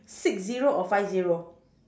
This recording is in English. six zero or five zero